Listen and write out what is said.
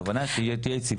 הכוונה שלנו שתהיה יציבות.